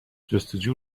جستوجو